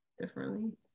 differently